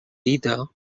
dida